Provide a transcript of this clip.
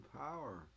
power